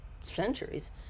centuries